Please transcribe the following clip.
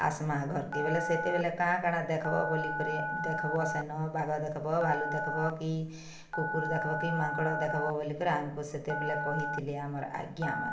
ଆସ୍ମା ଘର୍କେ ବେଲେ ସେତେବେଲେ କାଣା କାଣା ଦେଖ୍ବ ବୋଲିକରି ଦେଖ୍ବ ସେନ ବାଘ ଦେଖବ୍ ଭାଲୁ ଦେଖବ୍ କି କୁକୁର୍ ଦେଖ୍ବ କି ମାଙ୍କଡ଼ ଦେଖ୍ବ ବୋଲିକରି ଆମକୁ ସେତେବେଲେ କହିଥିଲେ ଆମର୍ ଆଜ୍ଞାମାନେ